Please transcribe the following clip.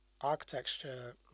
architecture